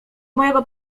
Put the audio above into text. mojego